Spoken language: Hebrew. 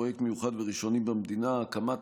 התממש פרויקט מיוחד וראשוני במדינה: הקמת